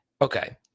Okay